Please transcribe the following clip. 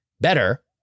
better